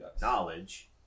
knowledge